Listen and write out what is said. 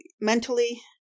Mentally